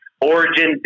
origin